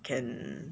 can